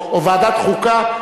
או ועדת חוקה,